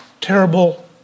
terrible